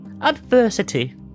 adversity